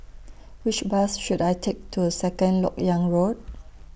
Which Bus should I Take to Second Lok Yang Road